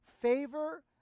favor